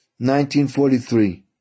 1943